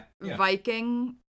Viking